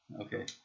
Okay